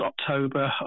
October